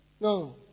No